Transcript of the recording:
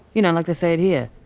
you know, like they say it here.